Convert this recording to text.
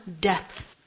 death